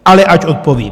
Ale ať odpovím.